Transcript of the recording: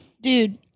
Dude